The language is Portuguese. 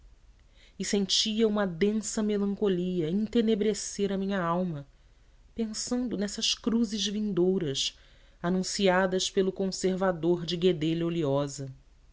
e sentia uma densa melancolia entenebrecer a minha alma pensando nessas cruzes vindouras anunciadas pelo conservador de guedelha oleosa